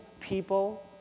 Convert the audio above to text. people